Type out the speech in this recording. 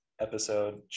episode